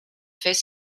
faits